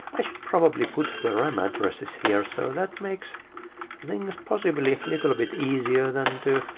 i should probably put the ram addresses here, so that makes things possibly a little bit easier than to